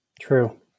True